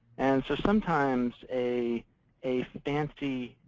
and so sometimes a a fancy